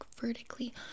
vertically